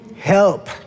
help